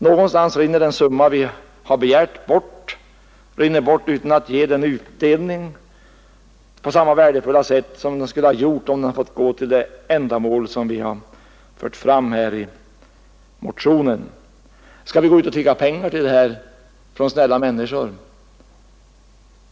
Någonstans rinner den summa bort som vi och arkivet har begärt; den rinner bort utan att ge utdelning på samma värdefulla sätt som den skulle ha gjort, om pengarna hade fått gå till det ändamål vi aktualiserat i vår motion. Skall vi gå ut och tigga pengar av vänliga givare för detta ändamål?